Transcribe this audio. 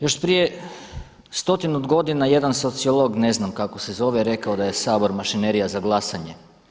Još prije stotinu godina jedan sociolog, ne znam kako se zove, reko da je Sabor mašinerija za glasanje.